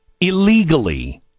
illegally